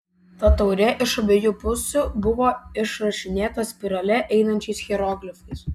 ta taurė iš abiejų pusių buvo išrašinėta spirale einančiais hieroglifais